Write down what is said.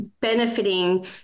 benefiting